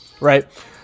right